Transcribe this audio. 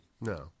No